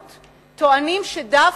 טוענים שדווקא הם